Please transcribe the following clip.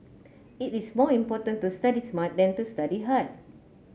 it is more important to study smart than to study hard